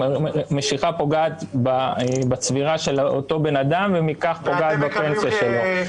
המשיכה פוגעת בצבירה של אותו בן אדם ומכך פוגעת בפנסיה שלו.